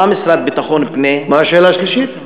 מה המשרד לביטחון הפנים, מה השאלה השלישית?